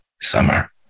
summer